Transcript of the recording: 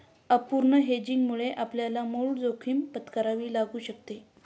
अपूर्ण हेजिंगमुळे आपल्याला मूळ जोखीम पत्करावी लागू शकते